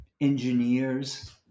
engineers